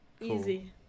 Easy